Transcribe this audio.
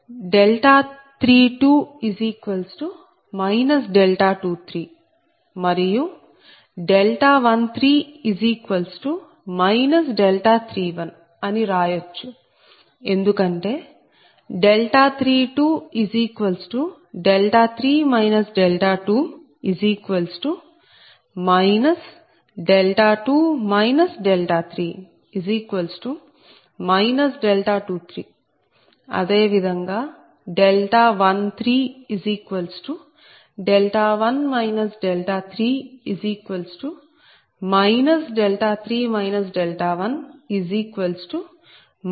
32 23 మరియు 13 31 అని రాయచ్చు ఎందుకంటే32 3 2 2 3 23 అదే విధంగా 131 3 3 1 31